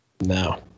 No